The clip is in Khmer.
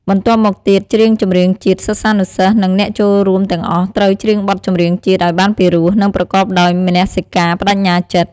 បន្ទាប់មកទៀត ច្រៀងចម្រៀងជាតិ សិស្សានុសិស្ស និងអ្នកចូលរួមទាំងអស់ត្រូវ ច្រៀងបទចម្រៀងជាតិ ឲ្យបានពីរោះ និងប្រកបដោយមនសិការ ប្ដេជ្ញាចិត្ត។